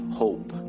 hope